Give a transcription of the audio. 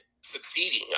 succeeding